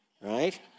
right